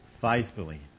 faithfully